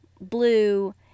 blue